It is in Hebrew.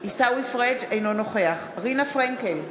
אינו נוכח רינה פרנקל,